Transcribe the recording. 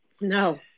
No